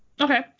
Okay